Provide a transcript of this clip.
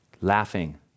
Laughing